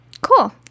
Cool